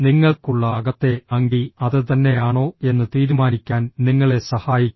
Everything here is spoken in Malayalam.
നിങ്ങൾക്കുള്ള അകത്തെ അങ്കി അത് തന്നെയാണോ എന്ന് തീരുമാനിക്കാൻ നിങ്ങളെ സഹായിക്കും